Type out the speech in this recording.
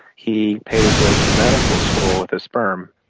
he paid his way through medical school with his sperm.